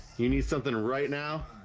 you need something right now.